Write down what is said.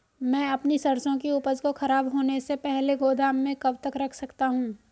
मैं अपनी सरसों की उपज को खराब होने से पहले गोदाम में कब तक रख सकता हूँ?